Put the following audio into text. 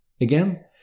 Again